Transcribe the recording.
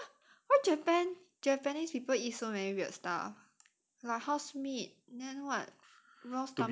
!huh! why japan japanese people eat so many weird stuff like horse meat then what